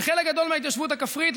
בחלק גדול מההתיישבות הכפרית,